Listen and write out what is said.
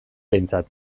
behintzat